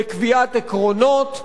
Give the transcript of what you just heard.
בקביעת עקרונות,